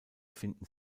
finden